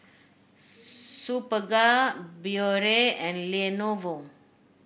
Superga Biore and Lenovo